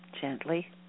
gently